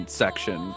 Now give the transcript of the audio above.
section